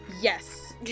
Yes